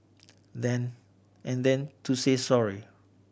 then and then to say sorry